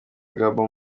gabon